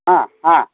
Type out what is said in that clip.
ஆ ஆ